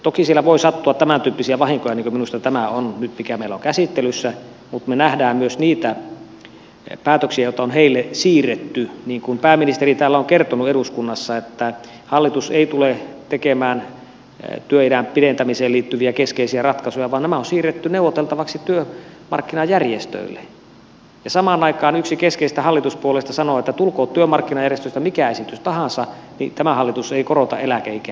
toki voi sattua tämäntyyppisiä vahinkoja niin kuin minusta tämä nyt on mikä meillä on käsittelyssä mutta me näemme myös niitä päätöksiä joita on heille siirretty niin kuin pääministeri täällä on kertonut eduskunnassa että hallitus ei tule tekemään työiän pidentämiseen liittyviä keskeisiä ratkaisuja vaan nämä on siirretty neuvoteltavaksi työmarkkinajärjestöille ja samaan aikaan yksi keskeisistä hallituspuolueista sanoo että tulkoon työmarkkinajärjestöistä mikä esitys tahansa niin tämä hallitus ei korota eläkeikää